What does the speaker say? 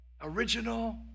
original